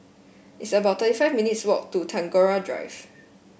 it's about thirty five minutes' walk to Tagore Drive